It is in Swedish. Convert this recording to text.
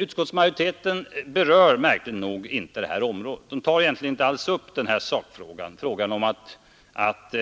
Utskottsmajoriteten berör märkligt nog inte detta viktiga område. Man tar egentligen inte alls upp sakfrågan — frågan om att